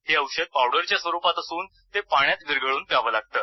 हे औषध पावडरच्या स्वरूपात असून ते पाण्यात विरघळून प्यावं लागतं